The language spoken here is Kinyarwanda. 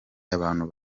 abantu